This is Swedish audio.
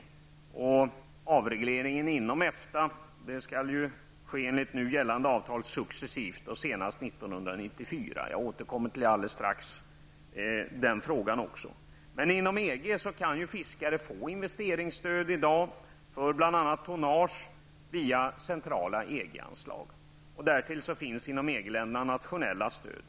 Avregleringen inom EFTA skall ju enligt nu gällande avtal ske successivt och senast 1994; jag återkommer alldeles strax till den frågan. Inom EG kan fiskare i dag via centrala EG-anslag få investeringsstöd för bl.a. tonnage. Därtill finns inom EG-länderna nationella stöd.